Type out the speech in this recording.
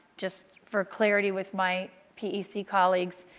just for clarity with my pec colleagues,